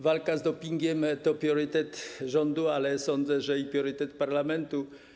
Walka z dopingiem to priorytet rządu, ale sądzę, że i priorytet parlamentu.